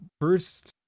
first